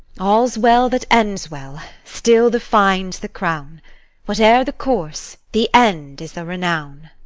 all's well that ends well. still the fine's the crown whate'er the course, the end is the renown.